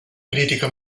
crítica